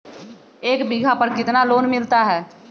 एक बीघा पर कितना लोन मिलता है?